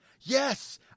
yes